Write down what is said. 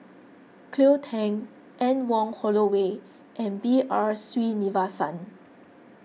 Cleo Thang Anne Wong Holloway and B R Sreenivasan